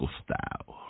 style